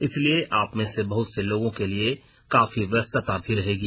इसलिए आप में से बहत से लोगों के लिए काफी व्यस्तता भी रहेगी